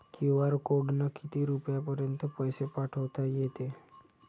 QR कोडनं किती रुपयापर्यंत पैसे पाठोता येते?